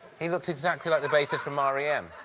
he looks exactly like the bassist from ah rem.